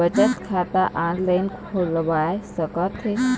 बचत खाता ऑनलाइन खोलवा सकथें?